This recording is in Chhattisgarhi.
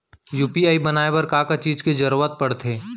यू.पी.आई बनाए बर का का चीज के जरवत पड़थे?